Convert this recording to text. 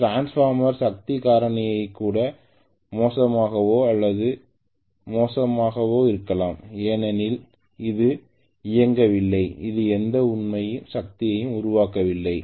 transformer சக்தி காரணி கூட மோசமாகவோ அல்லது மோசமாகவ இருக்கலாம் ஏனெனில் அது இயங்கவில்லை அது எந்த உண்மையான சக்தியையும் உருவாக்கவில்லை